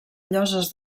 lloses